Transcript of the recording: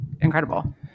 incredible